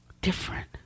different